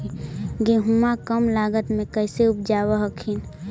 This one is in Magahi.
गेहुमा कम लागत मे कैसे उपजाब हखिन?